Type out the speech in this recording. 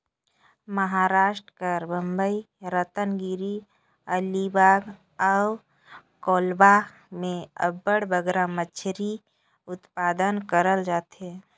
महारास्ट कर बंबई, रतनगिरी, अलीबाग अउ कोलाबा में अब्बड़ बगरा मछरी उत्पादन करल जाथे